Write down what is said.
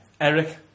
Eric